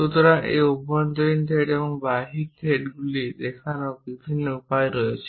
সুতরাং এই অভ্যন্তরীণ থ্রেড এবং বাহ্যিক থ্রেডগুলি দেখানোর বিভিন্ন উপায় রয়েছে